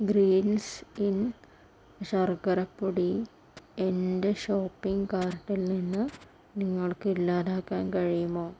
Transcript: Green's in ശർക്കര പൊടി എന്റെ ഷോപ്പിംഗ് കാർട്ടിൽ നിന്ന് നിങ്ങൾക്ക് ഇല്ലാതാക്കാൻ കഴിയുമോ